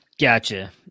Gotcha